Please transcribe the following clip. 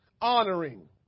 honoring